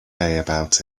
about